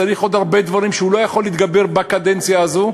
צריך עוד הרבה דברים שהוא לא יכול להתגבר עליהם בקדנציה הזאת,